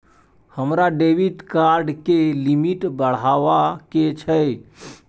हमरा debit card के limit बढावा के छै